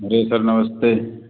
जी sir नमस्ते